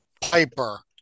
Piper